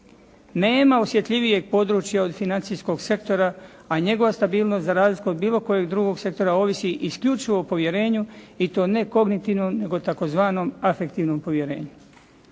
Nema osjetljivijeg područja od financijskog sektora, a njegova stabilnost za razliku od bilo kojeg drugog sektora ovisi isključivo o povjerenju i to ne kognitivnom nego tzv. afektivnom povjerenju.